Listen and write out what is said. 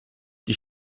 die